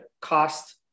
cost